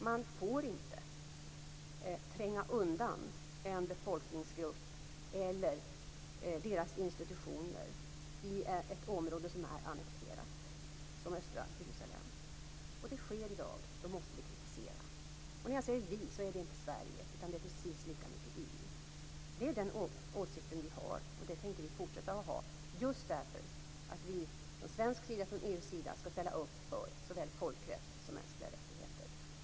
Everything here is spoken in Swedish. Man får inte tränga undan en befolkningsgrupp eller deras institutioner i ett område som är annekterat, som östra Jerusalem. Det sker i dag, och då måste vi kritisera. Då jag säger "vi" menar jag inte bara Sverige utan precis lika mycket EU. Det är den åsikt vi har, och den tänker vi fortsätta att ha, just därför att vi från svensk sida och från EU:s sida skall ställa upp för såväl folkrätt som mänskliga rättigheter.